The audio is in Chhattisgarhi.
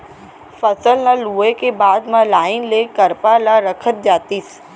फसल ल लूए के बाद म लाइन ले करपा ल रखत जातिस